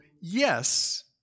yes